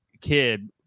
kid